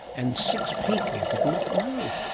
and six people did not know.